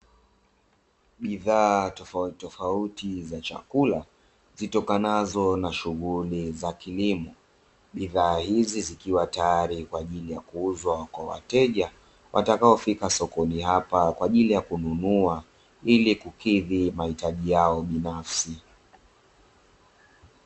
Bidhaa tofautitofauti za chakula zitokanazo na shughuli za kilimo, bidhaa hizi zikiwa tayari kwaajili ya kuuzwa kwa wateja watakaofika sokoni hapa kwaajili ya kununua ili kukidhi mahitaji yao binafsi.